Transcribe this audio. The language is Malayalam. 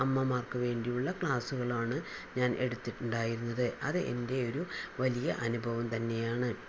അമ്മമാർക്ക് വേണ്ടിയുള്ള ക്ലാസ്സുകളാണ് ഞാൻ എടുത്തിട്ടുണ്ടായിരുന്നത് അത് എൻ്റെ ഒരു വലിയ അനുഭവം തന്നെയാണ്